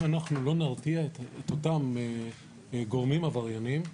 אם אנחנו לא נרתיע את אותם גורמים עבריינים,